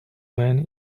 man